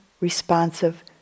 responsive